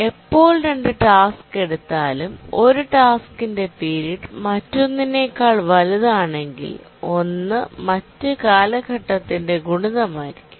എപ്പോൾ 2 ടാസ്ക് എടുത്താലും ഒരു ടാസ്കിൻറെ പീരീഡ് മറ്റൊന്നിനേക്കാൾ വലുതാണെങ്കിൽ ഒന്ന് മറ്റ് കാലഘട്ടത്തിന്റെ ഗുണിതമായിരിക്കണം